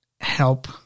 Help